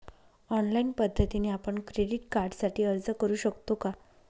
Online पद्धतीने आपण credit कार्डसाठी अर्ज करु शकतो का?